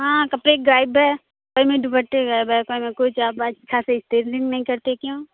ہاں کپڑے غائب ہیں کوئی میں دوپٹے غائب ہیں کوئی میں کچھ آپ اچھا سے اسٹریٹنگ نہیں کرتے کیوں